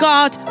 God